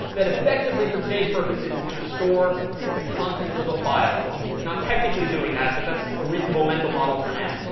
that effectively, for today's purposes, is going to store the contents of a file for me. it's not technically doing that but that's a reasonable mental model for now.